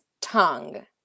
tongue